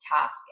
task